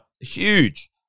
Huge